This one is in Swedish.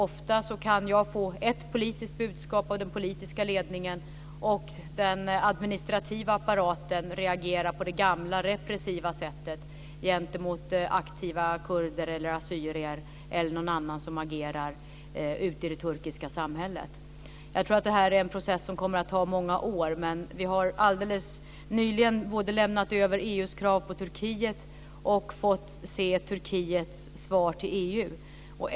Ofta kan jag få ett politiskt budskap av den politiska ledningen, och den administrativa apparaten reagerar på det gamla repressiva sättet gentemot aktiva kurder eller assyrier eller någon annan som agerar ute i det turkiska samhället. Jag tror att det här är en process som kommer att ta många år, men vi har alldeles nyligen både lämnat över EU:s krav på Turkiet och fått se Turkiets svar till EU.